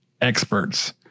experts